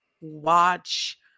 watch